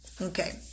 Okay